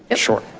ah short.